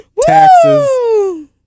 taxes